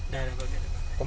dah dah pakai dah pakai